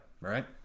right